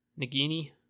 Nagini